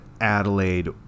Adelaide